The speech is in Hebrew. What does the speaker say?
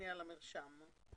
לבין רשם המקרקעין.